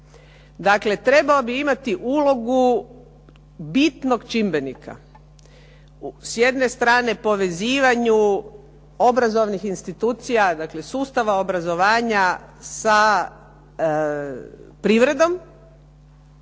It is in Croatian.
trebao bi imati ulogu bitnog čimbenika. S jedne strane povezivanju obrazovnih institucija, dakle sustava obrazovanja sa privredom